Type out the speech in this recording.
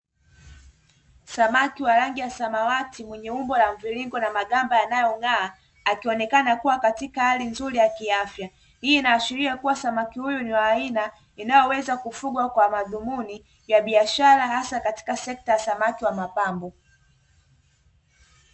Samaki wa rangi ya samawati mwenye umbo la mviringo na magamba yanayong'aa, akionekana kuwa katika hali nzuri ya kiafya, hii inaashiria kuwa samaki huyu ni wa aina inayoweza kufuga kwa madhumuni ya biashara hasa katika sekta ya samaki wa mapambo.